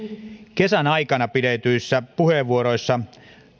kesän aikana pidetyissä puheenvuoroissa